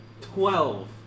twelve